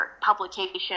publication